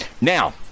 Now